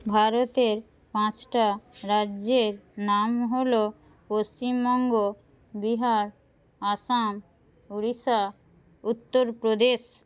ভারতের পাঁচটা রাজ্যের নাম হল পশ্চিমবঙ্গ বিহার আসাম উড়িষ্যা উত্তরপ্রদেশ